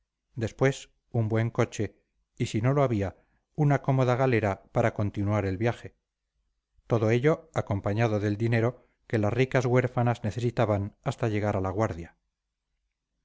después un buen coche y si no lo había una cómoda galera para continuar el viaje todo ello acompañado del dinero que las ricas huérfanas necesitaban hasta llegar a la guardia